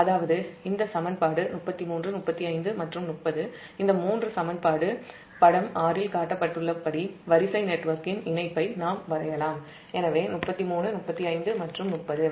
அதாவது இந்த சமன்பாடு 33 35 மற்றும் 30 இந்த மூன்று சமன்பாடு படம் 6 இல் காட்டப்பட்டுள்ளபடி வரிசை நெட்வொர்க்கின் இணைப்பை நாம் வரையலாம் எனவே33 35 மற்றும் 30